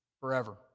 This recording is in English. forever